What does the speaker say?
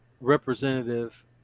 representative